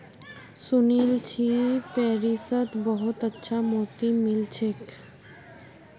सुनील छि पेरिसत बहुत अच्छा मोति मिल छेक